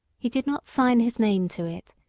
he did not sign his name to it,